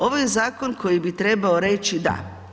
Ovo je zakon koji bi trebao reći da.